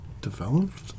developed